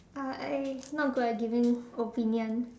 uh I not good at giving opinions